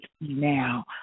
now